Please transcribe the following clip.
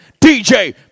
dj